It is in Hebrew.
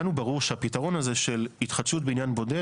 לנו ברור שהפתרון הזה של התחדשות בניין בודד